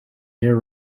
air